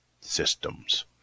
systems